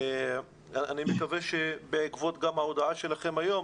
אני מקווה שבעקבות ההודעה שלכם היום,